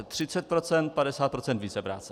30 %, 50 % vícepráce.